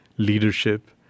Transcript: leadership